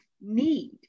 need